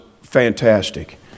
fantastic